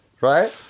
right